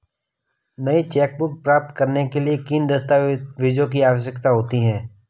नई चेकबुक प्राप्त करने के लिए किन दस्तावेज़ों की आवश्यकता होती है?